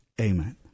Amen